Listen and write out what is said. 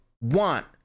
want